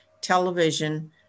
television